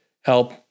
help